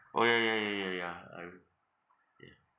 orh ya ya ya ya ya I r~ ya